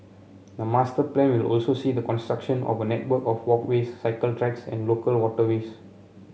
the master plan will also see the construction of a network of walkways cycle tracks and local waterways